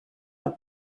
are